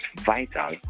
vital